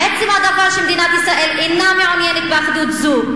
עצם הדבר שמדינת ישראל אינה מעוניינת באחדות זו,